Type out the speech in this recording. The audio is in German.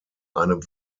einem